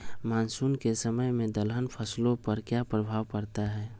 Monsoon के समय में दलहन फसलो पर क्या प्रभाव पड़ता हैँ?